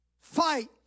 Fight